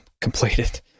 completed